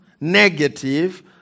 negative